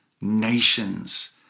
nations